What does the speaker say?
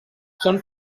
són